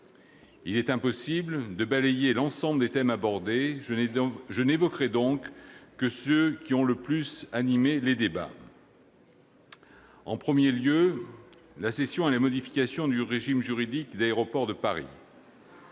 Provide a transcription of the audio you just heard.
Il est impossible de balayer l'ensemble des thèmes abordés. Je n'évoquerai donc que ceux qui ont le plus animé les débats. En premier lieu, la cession et la modification du régime juridique d'Aéroports de Paris,